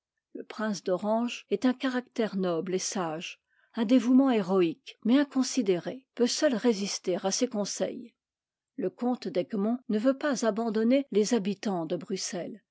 le prince d'orange est un caractère noble et sage un dévouement héroïque mais inconsidéré peut seul résister à ses conseils le comte d'egmont ne veut pas abandonner les habitants de bruxelles